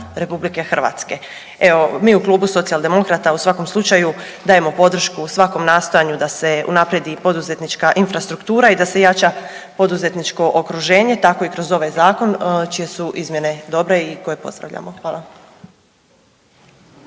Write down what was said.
svih građana RH. Evo mi u Klubu socijaldemokrata u svakom slučaju dajemo podršku svakom nastojanju da se unaprijedi poduzetnička infrastruktura i da se jača poduzetničko okruženje, tako i kroz ovaj zakon čije su izmjene dobre i koje pozdravljamo. Hvala.